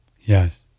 Yes